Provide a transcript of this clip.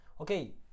okay